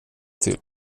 till